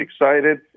excited